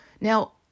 Now